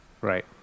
Right